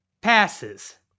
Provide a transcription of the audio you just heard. Passes